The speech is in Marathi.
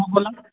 हा बोला